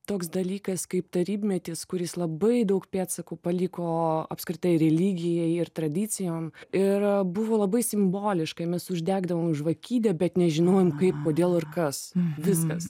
toks dalykas kaip tarybmetis kuris labai daug pėdsakų paliko apskritai religijai ir tradicijom ir buvo labai simboliškai mes uždegdavom žvakidę bet nežinojom kaip kodėl ir kas viskas